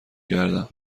کردم